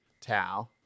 Tau